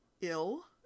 ill